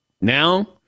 Now